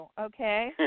okay